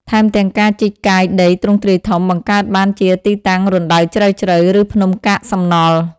ថែមទាំងការជីកកកាយដីទ្រង់ទ្រាយធំ បង្កើតបានជាទីតាំងរណ្ដៅជ្រៅៗ ឬភ្នំកាកសំណល់ ។